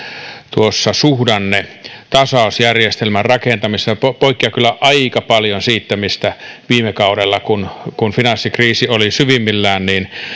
suhdannetasausjärjestelmän rakentamisessa se poikkeaa kyllä aika paljon siitä mistä viime kaudella kun kun finanssikriisi oli syvimmillään